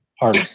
Hard